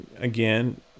again